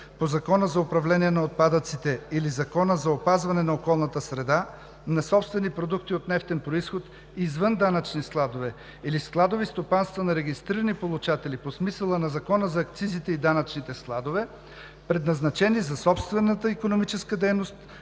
по Закона за управление на отпадъците или Закона за опазване на околната среда, на собствени продукти от нефтен произход извън данъчни складове или складови стопанства на регистрирани получатели по смисъла на Закона за акцизите и данъчните складове, предназначени за собствената икономическа дейност,